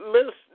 Miss